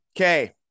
Okay